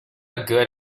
good